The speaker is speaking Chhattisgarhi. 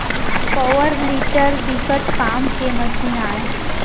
पवर टिलर बिकट काम के मसीन आय